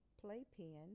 playpen